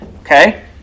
Okay